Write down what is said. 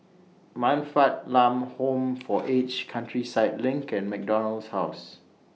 Man Fatt Lam Home For Aged Countryside LINK and MacDonald House